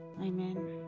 Amen